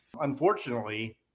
Unfortunately